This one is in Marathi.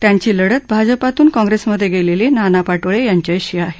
त्यांची लढत भाजपातून काँप्रेसमधे गेलेले नाना पाटोले यांच्याशी आहे